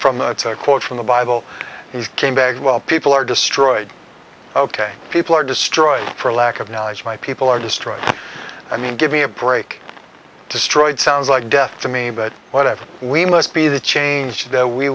it's a quote from the bible he came bagwell people are destroyed ok people are destroyed for lack of knowledge my people are destroyed i mean give me a break destroyed sounds like death to me but whatever we must be the change that we